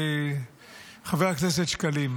חבר הכנסת שקלים,